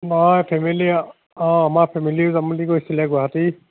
অঁ ফেমিলি অঁ আমাৰ ফেমিলিও যাম বুলি কৈছিলে গুৱাহাটী